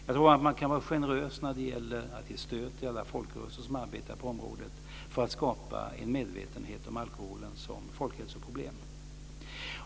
Jag tror att man kan vara generös när det gäller att ge stöd åt alla folkrörelser som arbetar på området för att skapa en medvetenhet om alkoholen som folkhälsoproblem.